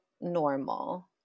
normal